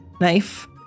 knife